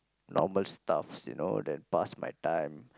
normal stuffs you know then past my time